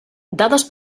dades